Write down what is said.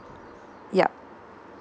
yup